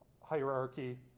hierarchy